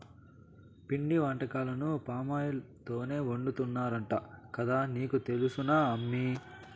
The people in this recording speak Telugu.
పిండి వంటకాలను పామాయిల్ తోనే వండుతున్నారంట కదా నీకు తెలుసునా అమ్మీ